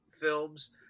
films